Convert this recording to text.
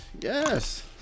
Yes